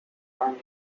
farming